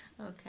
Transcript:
Okay